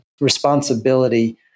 responsibility